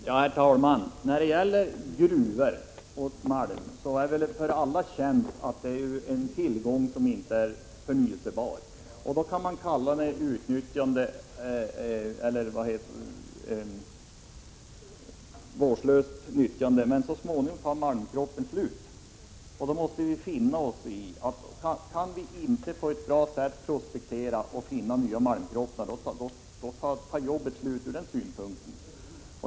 Herr talman! När det gäller gruvor och malm är det väl för alla känt att tillgångarna inte är förnyelsebara. Man må kalla det för ett vårdslöst utnyttjande, men så småningom tar malmkroppen slut. Vi måste finna oss i att om vi inte kan prospektera på ett bra sätt och finna nya malmkroppar så tar jobben slut.